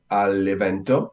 all'evento